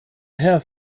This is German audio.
herr